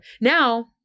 Now